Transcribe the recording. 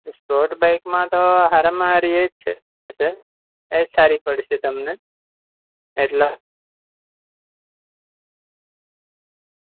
sports બાઈકમાં તો સારામાં સારી એ જ છે સર એ જ સારી પડશે તમને એટલા